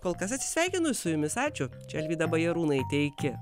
kol kas atsisveikinu su jumis ačiū čia alvyda bajarūnaitė iki